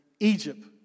Egypt